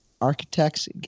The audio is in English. architects